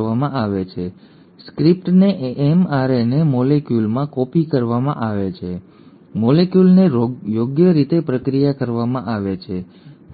કરવામાં આવી છે સ્ક્રિપ્ટને એમઆરએનએ મોલેક્યુલમાં કોપી કરવામાં આવી છે મોલેક્યુલને યોગ્ય રીતે પ્રક્રિયા કરવામાં આવી છે